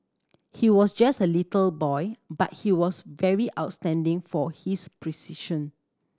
he was just a little boy but he was very outstanding for his precision